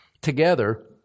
together